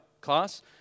class